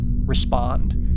respond